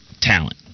talent